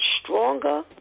stronger